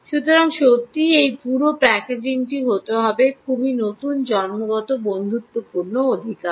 সুতরাং সত্যিই এই পুরো প্যাকেজিংটি হতে হবে খুব নতুন জন্মগত বন্ধুত্বপূর্ণ অধিকার